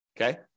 okay